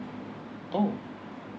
oh